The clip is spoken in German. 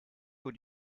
für